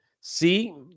see